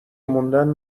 موندن